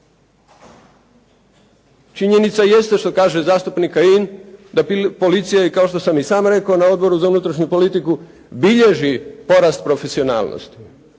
Činjenica jeste što kaže zastupnik Kajin da policija kao što sam i sam rekao na Odboru za unutrašnju politiku bilježi porast profesionalnosti,